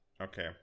Okay